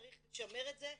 צריך לשמר את זה ולתעד,